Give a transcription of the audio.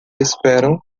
esperam